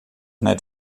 net